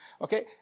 Okay